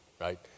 right